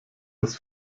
das